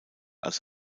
als